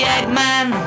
Eggman